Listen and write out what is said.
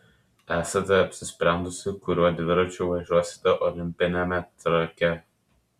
esate apsisprendusi kuriuo dviračiu važiuosite olimpiniame treke